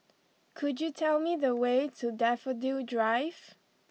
could you tell me the way to Daffodil Drive